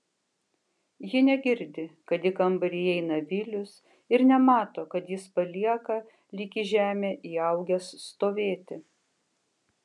ji negirdi kad į kambarį įeina vilius ir nemato kad jis palieka lyg į žemę įaugęs stovėti